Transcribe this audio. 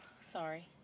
Sorry